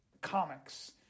comics